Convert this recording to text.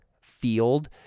field